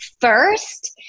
first